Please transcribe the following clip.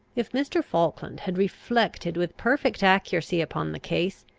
if mr. falkland had reflected with perfect accuracy upon the case,